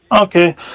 Okay